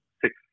six